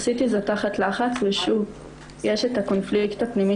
עשיתי את זה תחת לחץ ושוב יש את הקונפליקט הפנימי